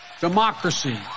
Democracy